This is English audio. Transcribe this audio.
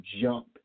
jump